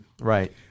Right